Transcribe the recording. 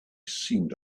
seemed